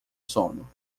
sono